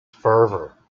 fervour